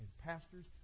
Pastors